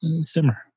simmer